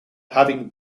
having